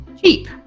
Cheap